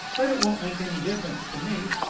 but it won't make any difference to me.